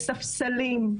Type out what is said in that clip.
בספסלים,